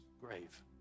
grave